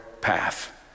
path